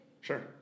Sure